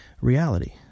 reality